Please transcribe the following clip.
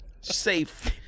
Safe